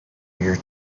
your